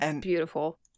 beautiful